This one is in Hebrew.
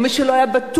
או מי שלא היה בטוח,